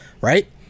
right